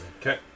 Okay